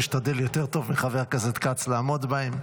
השתדל יותר טוב מחבר הכנסת כץ לעמוד בהן.